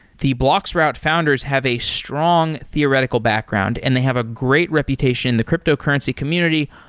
the bloxroute founders have a strong theoretical background and they have a great reputation in the cryptocurrency community,